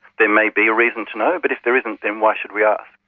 there may be a reason to know, but if there isn't, then why should we ask?